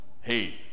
hey